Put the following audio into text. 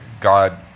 God